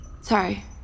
Sorry